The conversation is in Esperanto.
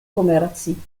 komerci